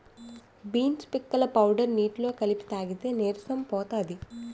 beans పిక్కల powder నీటిలో కలిపి తాగితే నీరసం పోతది